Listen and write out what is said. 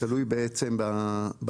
גם תודה צריכים להגיד.